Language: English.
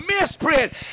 misprint